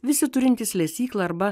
visi turintys lesyklą arba